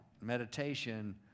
Meditation